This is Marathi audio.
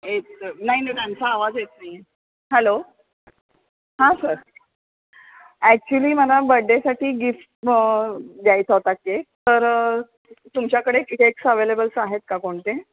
ए नाही ना त्यांचा आवाज येत नाही आहे हॅलो हा सर ॲक्च्युली मला बड्डेसाठी गिफ्ट द्यायचा होता केक तर तुमच्याकडे केक्स अवेलेबल्स आहेत का कोणते